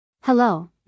Hello